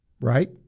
right